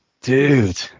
Dude